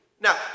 Now